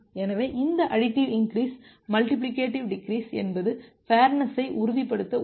எனவே இந்த additive increase multiplicative decrease என்பது ஃபேர்நெஸ்யை உறுதிப்படுத்த உதவும்